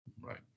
Right